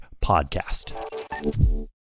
podcast